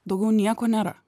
daugiau nieko nėra